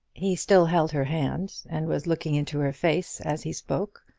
he still held her hand, and was looking into her face as he spoke.